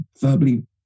verbally